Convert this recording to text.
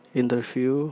interview